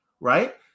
right